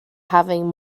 having